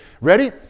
Ready